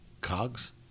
cogs